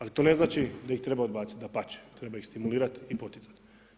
Ali to ne znači da ih treba odbaciti dapače, treba ih stimulirat i poticat.